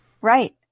Right